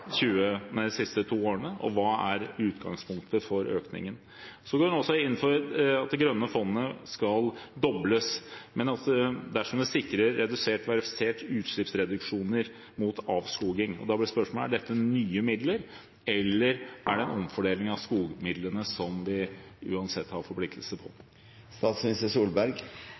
to årene, og hva er utgangspunktet for økningen? Så går en også inn for at det grønne fondet skal dobles dersom det sikrer verifiserte utslippsreduksjoner mot avskoging, og da blir spørsmålet: Er dette nye midler, eller er det en omfordeling av skogmidlene, som vi uansett har forpliktelse på? Det var mange spørsmål i ett spørsmål, og jeg lover ikke at jeg klarer å svare på